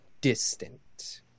distant